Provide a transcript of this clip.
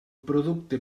producte